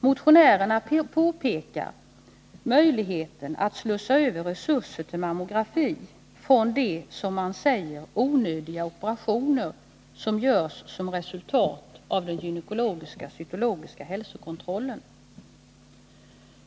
Motionärerna pekar på möjligheten att slussa över resurser till mammografi från de, som man säger, ”onödiga operationer” som utförs som resultat av den cytologiska hälsokontrollen.